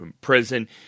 prison